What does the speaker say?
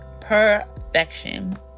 Perfection